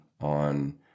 on